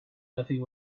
nothing